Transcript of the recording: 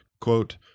quote